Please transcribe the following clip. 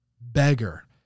beggar